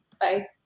Bye